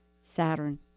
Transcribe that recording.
Saturn